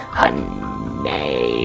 honey